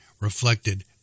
reflected